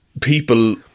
people